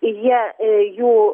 jie jų